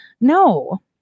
No